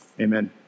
Amen